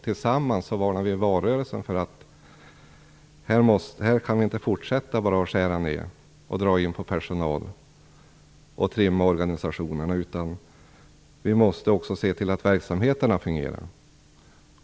Tillsammans varnade vi i valrörelsen för att man inte bara kan fortsätta att skära ned, dra in på personal och trimma organisationerna. Vi måste också se till att verksamheterna fungerar.